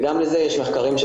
וגם לזה יש מחקרים,